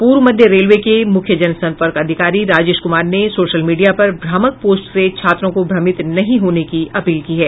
पूर्व मध्य रेलवे के मूख्य जनसंपर्क अधिकारी राजेश कुमार ने सोशल मीडिया पर भ्रामक पोस्ट से छात्रों को भ्रमित नहीं होने की अपील की है